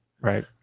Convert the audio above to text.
Right